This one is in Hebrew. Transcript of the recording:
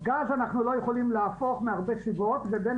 גז אנחנו לא יכולים להפוך מהרבה סיבות ובין